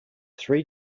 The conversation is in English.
three